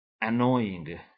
annoying